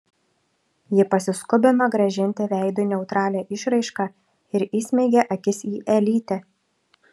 ji pasiskubino grąžinti veidui neutralią išraišką ir įsmeigė akis į elytę